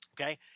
Okay